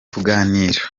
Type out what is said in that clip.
kuganira